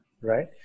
Right